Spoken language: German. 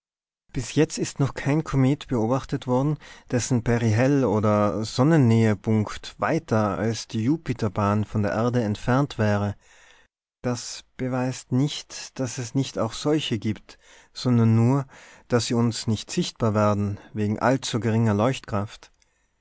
bis jetzt ist noch kein komet beobachtet worden dessen perihel oder sonnennähepunkt weiter als die jupiterbahn von der erde entfernt wäre das beweist nicht daß es nicht auch solche gibt sondern nur daß sie uns nicht sichtbar werden wegen allzu geringer leuchtkraft